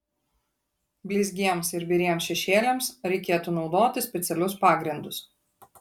blizgiems ir biriems šešėliams reikėtų naudoti specialius pagrindus